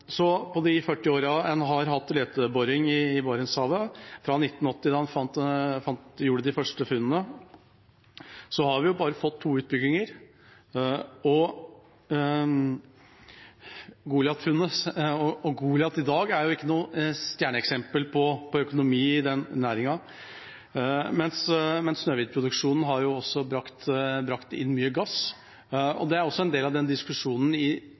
på de 40 årene en har hatt leteboring i Barentshavet, fra 1980, da en gjorde de første funnene, har vi bare fått to utbygginger. Goliat i dag er ikke noe stjerneeksempel på økonomi i den næringen, mens Snøhvit-produksjonen har brakt inn mye gass, og det er også en del av den diskusjonen. I